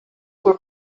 were